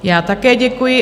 Já také děkuji.